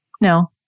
no